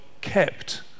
kept